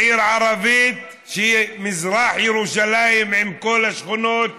עיר ערבית, שהיא מזרח ירושלים עם כל השכונות